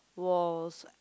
was